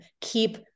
keep